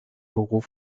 beruf